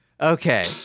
Okay